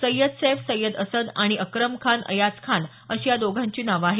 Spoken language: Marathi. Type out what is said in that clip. सय्यद सैफ सय्यद असद आणि अक्रमखान अयाजखान अशी या दोघांची नावं आहेत